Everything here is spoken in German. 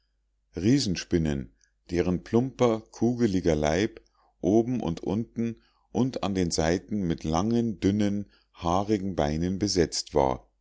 riesenspinnen deren plumper kugeliger leib oben und unten und an den seiten mit langen dünnen haarigen beinen besetzt war